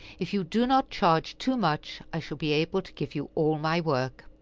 if you do not charge too much, i shall be able to give you all my work.